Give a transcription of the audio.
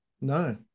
No